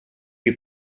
you